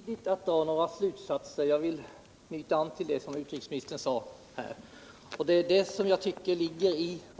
Herr talman! Det är för tidigt att dra några slutsatser, sade utrikesministern, och jag vill knyta an till det. Det